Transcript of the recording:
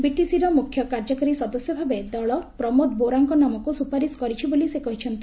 ବିଟିସିର ମୁଖ୍ୟ କାର୍ଯ୍ୟକାରୀ ସଦସ୍ୟ ଭାବେ ଦଳ ପ୍ରମୋଦ ବୋରୋଙ୍କ ନାମକୁ ସ୍ୱପାରିସ୍ କରିଛି ବୋଲି ସେ କହିଛନ୍ତି